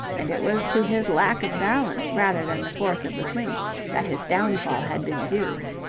and it was to his lack of balance rather than the force of the swing that his downfall had been due.